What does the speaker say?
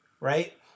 right